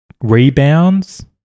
rebounds